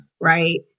right